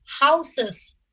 houses